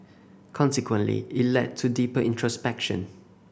consequently it led to deeper introspection